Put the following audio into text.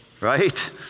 Right